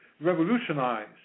revolutionize